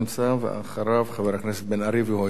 ואחריו, חבר הכנסת בן-ארי, והוא יהיה אחרון.